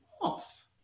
off